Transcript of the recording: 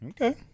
Okay